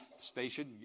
station